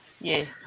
Yes